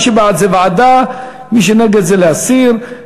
מי שבעד זה ועדה, ומי שנגד זה להסיר.